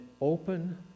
open